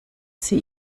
sie